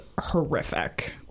horrific